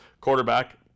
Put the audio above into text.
quarterback